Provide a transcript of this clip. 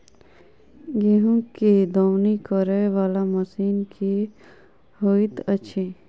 गेंहूँ केँ दौनी करै वला मशीन केँ होइत अछि?